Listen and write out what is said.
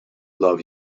love